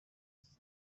sans